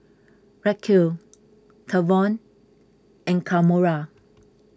Racquel Tavon and Kamora